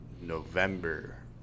November